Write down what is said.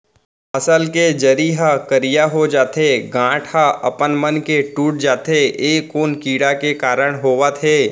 फसल के जरी ह करिया हो जाथे, गांठ ह अपनमन के टूट जाथे ए कोन कीड़ा के कारण होवत हे?